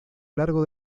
largo